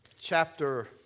chapter